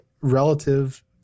relative